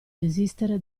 desistere